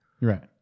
right